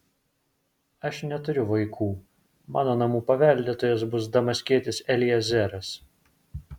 aš neturiu vaikų mano namų paveldėtojas bus damaskietis eliezeras